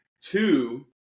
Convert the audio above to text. Two